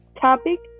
topic